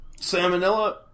salmonella